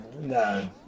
no